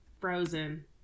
Frozen